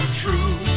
true